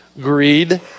Greed